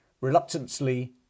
Reluctantly